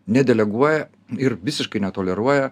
nedeleguoja ir visiškai netoleruoja